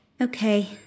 Okay